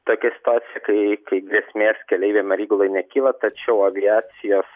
tokia situacija kai kai grėsmės keleiviam ar įgulai nekyla tačiau aviacijos